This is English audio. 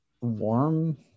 warm